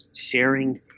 sharing